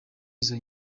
izo